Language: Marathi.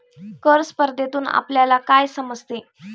कर स्पर्धेतून आपल्याला काय समजते?